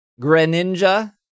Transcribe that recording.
Greninja